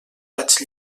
vaig